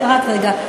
רק רגע.